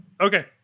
Okay